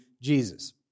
Jesus